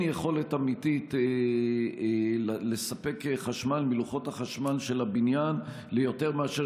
יכולת אמיתית לספק חשמל מלוחות החשמל של הבניין ליותר מאשר